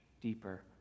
deeper